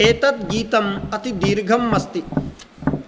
एतत् गीतम् अतिदीर्घम् अस्ति